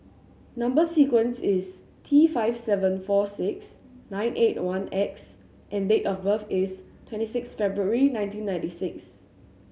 number sequence is T five seven four six nine eight one X and date of birth is twenty six February nineteen ninety six